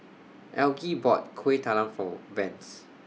Algie bought Kuih Talam For Vance